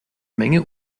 menge